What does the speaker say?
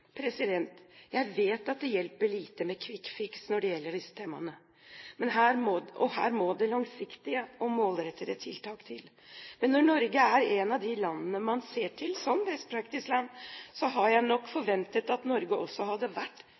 Jeg vet at det hjelper lite med «quick-fix» når det gjelder disse temaene. Her må det langsiktige og målrettede tiltak til. Men når Norge er et av de landene man ser til som «best practice»-land, hadde jeg nok forventet at Norge også hadde vært